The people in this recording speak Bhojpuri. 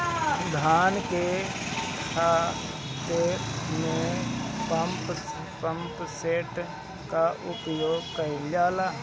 धान के ख़हेते में पम्पसेट का उपयोग कइल जाला?